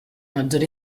maggior